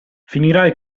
finirai